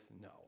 no